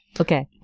Okay